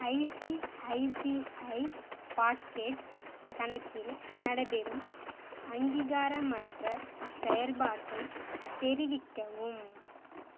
ICICI pockets கணக்கில் நடைபெறும் அங்கீகாரமற்ற செயல்பாட்டை தெரிவிக்கவும்